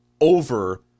over